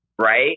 right